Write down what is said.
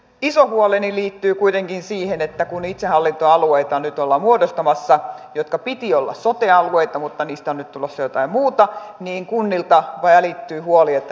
iso huoleni liittyy kuitenkin siihen että kun itsehallintoalueita nyt ollaan muodostamassa joiden piti olla sote alueita mutta niistä on nyt tulossa jotain muuta niin kunnilta välittyy huoli että heitä ei kuulla